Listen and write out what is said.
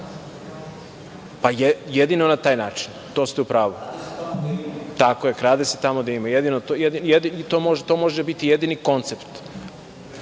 jedino na taj način, to ste u pravu. Tako je, krade se tamo gde ima, to može biti jedini koncept